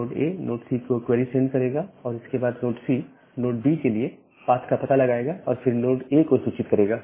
node A node C को query send करेगा और इसके बाद नोड C नोड B के लिए पाथ का पता लगाएगा और फिर नोड A को सूचित करेगा